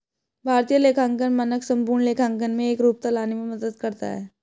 भारतीय लेखांकन मानक संपूर्ण लेखांकन में एकरूपता लाने में मदद करता है